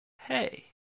hey